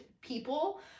people